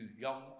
young